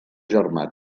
germà